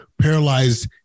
paralyzed